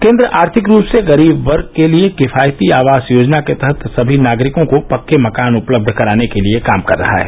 केंद्र आर्थिक रूप से गरीब वर्ग के लिए किफायती आवास योजना के तहत सभी नागरिकों को पक्के मकान उपलब्ध कराने के लिए काम कर रहा है